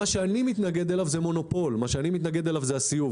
אני מתנגד למונופול, אני מתנגד לסיאוב.